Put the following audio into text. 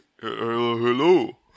hello